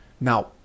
Now